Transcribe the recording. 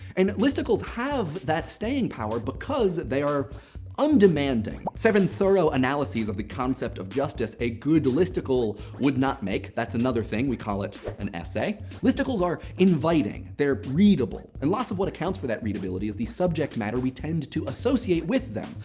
and listicles have that staying power because they are undemanding. seven thorough analyses of the concept of justice a good listicle would not make. that's another thing. we call it an essay. listicles are inviting. they're readable. and lots of what accounts for that readability is the subject matter we tend to associate with them.